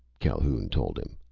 calhoun told him.